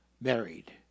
married